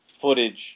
footage